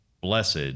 blessed